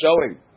showing